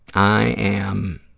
i am